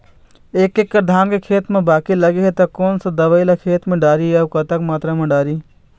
एक एकड़ धान के खेत मा बाकी लगे हे ता कोन सा दवई ला खेत मा डारी अऊ कतक मात्रा मा दारी?